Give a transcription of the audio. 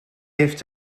heeft